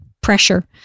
pressure